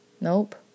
Nope